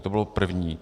To bylo první.